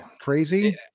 crazy